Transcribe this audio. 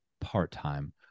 part-time